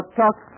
talk